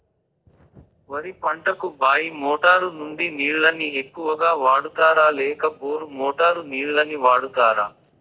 వరి పంటకు బాయి మోటారు నుండి నీళ్ళని ఎక్కువగా వాడుతారా లేక బోరు మోటారు నీళ్ళని వాడుతారా?